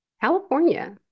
California